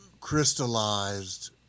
crystallized